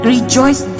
Rejoice